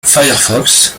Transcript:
firefox